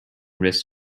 risks